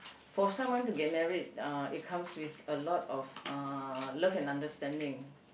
for someone to get married uh it comes with a lot of uh love and understanding